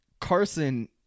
Carson